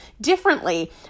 differently